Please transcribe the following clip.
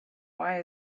why